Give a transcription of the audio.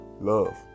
Love